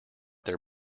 their